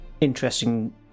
interesting